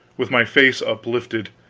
with my face uplifted